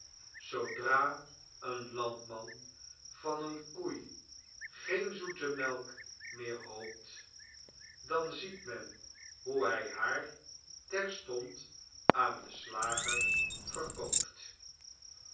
zoodra een landman van een koei geen zoete melk meer hoopt dan ziet men hoe hy haar terstond aan den slager verkoopt